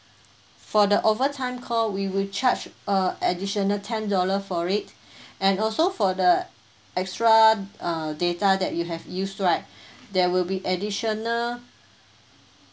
for the overtime call we will charge a additional ten dollar for it and also for the extra uh data that you have used right there will be additional